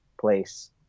place